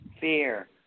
fear